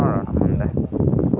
ನೋಡೋಣ ಮುಂದೆ